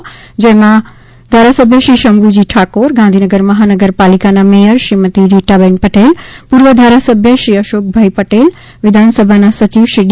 આ પુષ્પાંજલિ કાર્યક્રમમાં ધારાસભ્ય શ્રી શંભુજી ઠાકોર ગાંધીનગર મહાનગરપાલિકાના મેયર શ્રીમતી રીટાબેન પટેલ પૂર્વ ધારાસભ્ય શ્રી અશોકભાઇ પટેલ વિધાનસભાના સચિવ શ્રી ડી